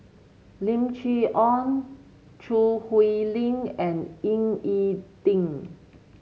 Lim Chee Onn Choo Hwee Lim and Ying E Ding